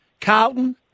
Carlton